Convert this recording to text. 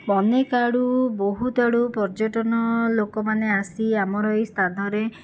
ଅନେକ ଆଡ଼ୁ ବହୁତ ଆଡ଼ୁ ପର୍ଯ୍ୟଟନ ଲୋକମାନେ ଆସି ଆମର ଏହି ସ୍ଥାନରେ